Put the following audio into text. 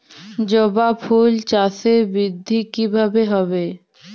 জবা ফুল চাষে বৃদ্ধি কিভাবে হবে?